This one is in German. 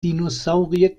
dinosaurier